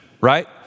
right